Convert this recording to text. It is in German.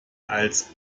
als